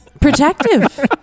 Protective